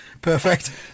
Perfect